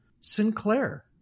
Sinclair